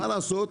מה לעשות,